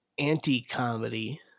anti-comedy